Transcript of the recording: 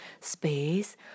space